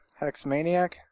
Hexmaniac